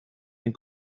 den